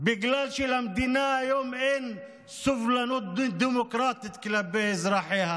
בגלל שלמדינה היום אין סובלנות דמוקרטית כלפי אזרחיה